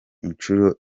inshuro